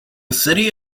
city